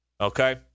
okay